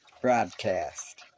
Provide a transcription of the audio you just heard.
broadcast